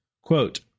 Quote